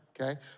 okay